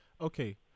Okay